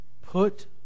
put